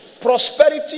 Prosperity